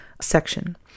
section